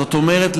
זאת אומרת,